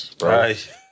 Right